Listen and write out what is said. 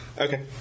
Okay